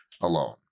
alone